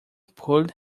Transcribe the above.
pulled